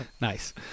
Nice